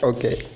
Okay